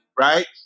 Right